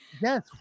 Yes